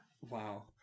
Wow